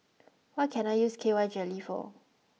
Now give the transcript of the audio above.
what can I use K Y Jelly for